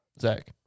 Zach